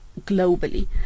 globally